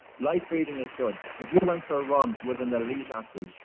light breathing is good. if you went for a run with an elite athlete,